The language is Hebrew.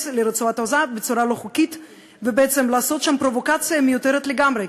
לרצועת-עזה בצורה לא חוקית ובעצם לעשות שם פרובוקציה מיותרת לגמרי.